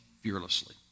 fearlessly